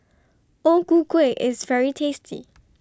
O Ku Kueh IS very tasty